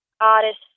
artist